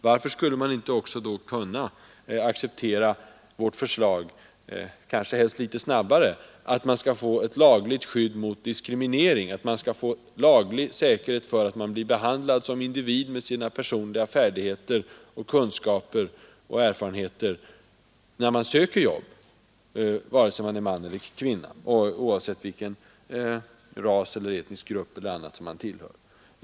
Varför skulle man inte då också kunna acceptera — helst litet snabbare — vårt förslag om lagligt skydd mot diskriminering, om lagligt skydd för att bli behandlad som individ med sina personliga färdigheter, kunskaper och erfarenheter när man söker jobb, vare sig man är man eller kvinna och oavsett vilken ras eller etnisk grupp man tillhör?